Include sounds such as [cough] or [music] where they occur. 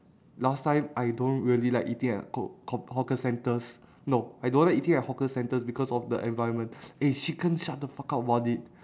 last time I don't really like eating at [noise] hawker centres no I don't like eating at hawker centres because of the environment eh chicken shut the fuck up about it